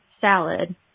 salad